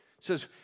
says